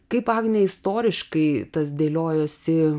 kaip agne istoriškai tas dėliojosi